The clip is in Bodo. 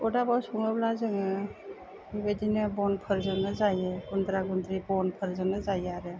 अदाबाव सङोब्ला जोङो बिदिनो बनफोरजोंनो जायो गुन्द्रा गुन्द्रि बनफोरजोंनो जायो आरो